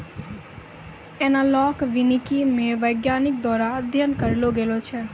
एनालाँक वानिकी मे वैज्ञानिक द्वारा अध्ययन करलो गेलो छै